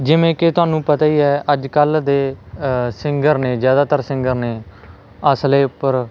ਜਿਵੇਂ ਕਿ ਤੁਹਾਨੂੰ ਪਤਾ ਹੀ ਹੈ ਅੱਜ ਕੱਲ੍ਹ ਦੇ ਸਿੰਗਰ ਨੇ ਜ਼ਿਆਦਾਤਰ ਸਿੰਗਰ ਨੇ ਅਸਲੇ ਉੱਪਰ